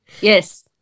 Yes